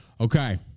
Okay